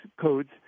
codes